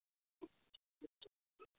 ओ